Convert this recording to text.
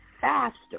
faster